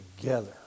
together